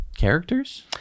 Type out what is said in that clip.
characters